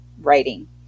writing